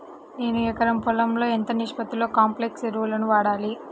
నేను ఎకరం పొలంలో ఎంత నిష్పత్తిలో కాంప్లెక్స్ ఎరువులను వాడాలి?